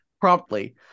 promptly